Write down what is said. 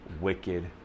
wicked